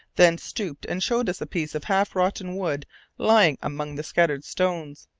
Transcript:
then stooped and showed us a piece of half rotten wood lying among the scattered stones.